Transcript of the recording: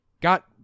Got